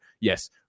Yes